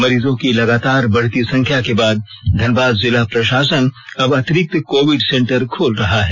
मरीजों की लगातार बढ़ती संख्या के बाद धनबाद जिला प्रशासन अब अतिरिक्त कोविड सेंटर खोल रहा है